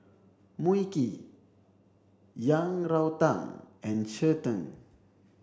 Mui Kee Yang Rou Tang and Cheng Tng